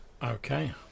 Okay